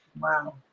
Wow